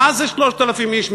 מה זה 3,000 איש?